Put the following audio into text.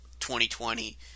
2020